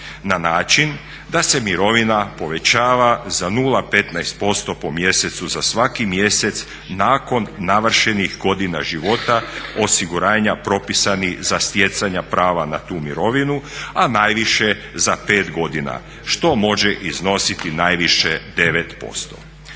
na način da se mirovina povećava za 0,15% po mjesecu za svaki mjesec nakon navršenih godina života osiguranja propisanih za stjecanja prava na tu mirovinu, a najviše za 5 godina što može iznositi najviše 9%.